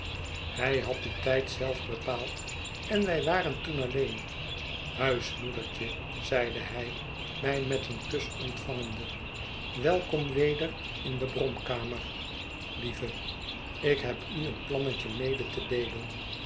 hij had dien tijd zelf bepaald en wij waren toen alleen huismoedertje zeide hij mij met een kus ontvangende welkom weder in de bromkamer lieve ik heb u een plannetje mede te deelen